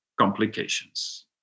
complications